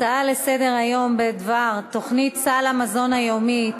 ההצעה לסדר-היום בדבר תוכנית סל המזון היומי,